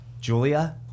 Julia